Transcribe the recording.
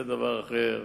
זה דבר אחר.